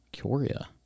Korea